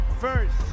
first